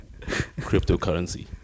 Cryptocurrency